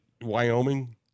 Wyoming